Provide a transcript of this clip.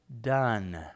done